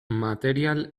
material